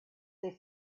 they